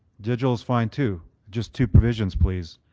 digital is fine too, just two provisions please,